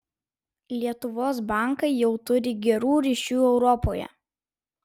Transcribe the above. lietuvos bankai jau turi gerų ryšių europoje